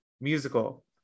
musical